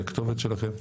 הכתובת שלכם.